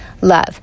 love